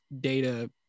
data